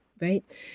right